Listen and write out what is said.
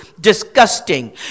disgusting